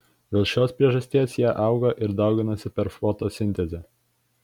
dėl šios priežasties jie auga ir dauginasi per fotosintezę